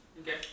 Okay